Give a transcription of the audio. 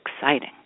exciting